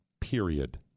period